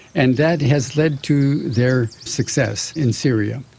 and that has led to their success in syria.